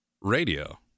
radio